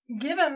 given